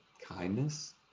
kindness